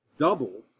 double